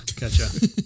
Gotcha